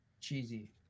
cheesy